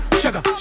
sugar